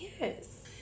Yes